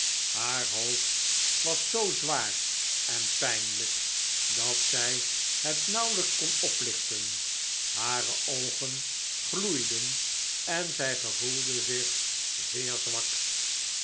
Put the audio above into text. haar hoofd was zoo zwaar en pljnlijk dat zij het nauwelijks kon oplichten hare oogen gloeiden en zij gevoelde zich zeer zwak